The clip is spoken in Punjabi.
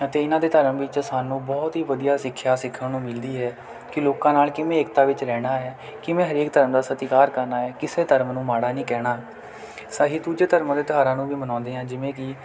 ਅਤੇ ਇਹਨਾਂ ਦੇ ਧਰਮ ਵਿੱਚ ਸਾਨੂੰ ਬਹੁਤ ਹੀ ਵਧੀਆ ਸਿੱਖਿਆ ਸਿੱਖਣ ਨੂੰ ਮਿਲਦੀ ਹੈ ਕਿ ਲੋਕਾਂ ਨਾਲ ਕਿਵੇਂ ਏਕਤਾ ਵਿੱਚ ਰਹਿਣਾ ਹੈ ਕਿਵੇਂ ਹਰੇਕ ਧਰਮ ਦਾ ਸਤਿਕਾਰ ਕਰਨਾ ਹੈ ਕਿਸੇ ਧਰਮ ਨੂੰ ਮਾੜਾ ਨਹੀਂ ਕਹਿਣਾ ਸਹੀ ਦੂਜੇ ਧਰਮਾਂ ਦੇ ਤਿਉਹਾਰਾਂ ਨੂੰ ਵੀ ਮਨਾਉਂਦੇ ਹਾਂ ਜਿਵੇਂ ਕਿ